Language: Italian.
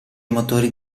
motori